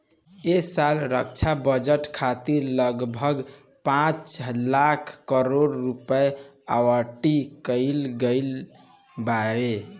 ऐ साल रक्षा बजट खातिर लगभग पाँच लाख करोड़ रुपिया आवंटित कईल गईल बावे